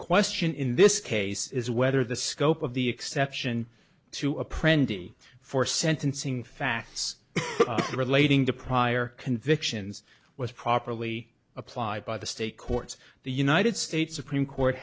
question in this case is whether the scope of the exception to a printed for sentencing facts relating to prior convictions was properly applied by the state courts the united states supreme court